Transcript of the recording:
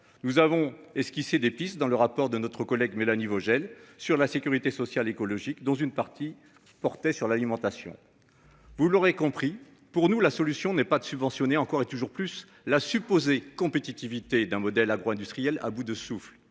Nous avons et ce qui s'est, d'épices dans le rapport de notre collègue Mélanie Vogel, sur la sécurité sociale, écologique dans une partie portait sur l'alimentation. Vous l'aurez compris, pour nous, la solution n'est pas de subventionner encore et toujours plus la supposée compétitivité d'un modèle agro-industriel à bout de souffle.